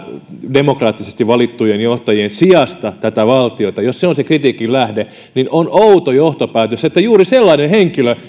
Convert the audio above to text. demokraattisesti valittujen johtajien sijasta tätä valtiota ja jos se on se kritiikin lähde niin on outo johtopäätös että juuri sellainen henkilö